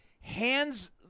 hands